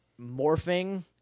morphing